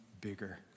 bigger